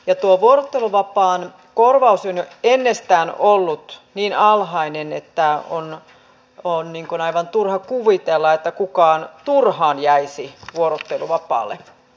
ja tuon vuorotteluvapaan korvaus on jo ennestään ollut niin alhainen että on aivan turha kuvitella että kukaan turhaan jäisi vuorotteluvapaalle